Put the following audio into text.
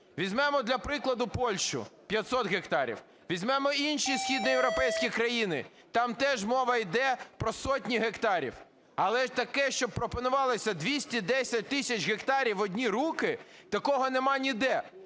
Візьмемо для Прикладу Польщу – 500 гектарів. Візьмемо інші східноєвропейські країни, там теж мова йде про сотні гектарів. Але таке, щоб пропонувалося 210 тисяч гектарів в одні руки, такого нема ніде.